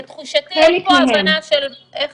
לתחושתי אין פה הבנה של איך